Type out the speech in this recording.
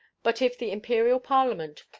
but if the imperial parliament,